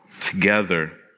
together